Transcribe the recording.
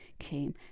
came